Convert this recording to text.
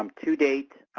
um to date,